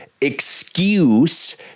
excuse